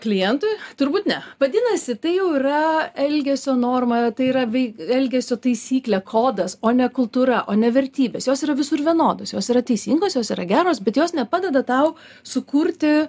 klientui turbūt ne vadinasi tai jau yra elgesio norma tai yra vei elgesio taisyklė kodas o ne kultūra o ne vertybės jos yra visur vienodos jos yra teisingos jos yra geros bet jos nepadeda tau sukurti